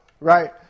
Right